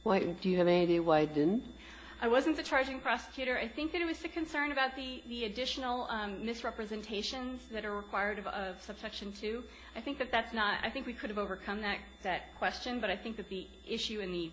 why do you have any idea why didn't i wasn't the charging prosecutor i think it was a concern about the additional misrepresentations that are required of a subsection to i think that that's not i think we could have overcome that that question but i think that the issue